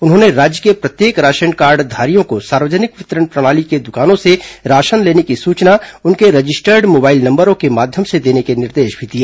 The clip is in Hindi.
उन्होंने राज्य के प्रत्येक राशन कार्डधारियों को सार्वजनिक वितरण प्रणाली की दुकानों से राशन लेने की सूचना उनके रजिस्टर्ड मोबाइल नंबरों के माध्यम से देने के भी निर्देश दिए